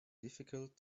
difficult